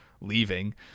leaving